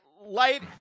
light